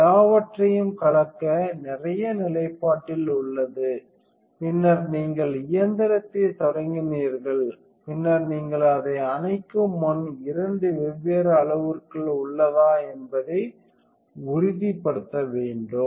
எல்லாவற்றையும் கலக்க நிறைய நிலைப்பாட்டில் உள்ளது பின்னர் நீங்கள் இயந்திரத்தைத் தொடங்கினீர்கள் பின்னர் நீங்கள் அதை அணைக்கும்முன் இரண்டு வெவ்வேறு அளவுருக்கள் உள்ளதா என்பதை உறுதிப்படுத்த வேண்டும்